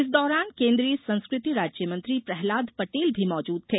इस दौरान केन्द्रीय संस्कृति राज्य मंत्री प्रहलाद पटेल भी मौजूद थे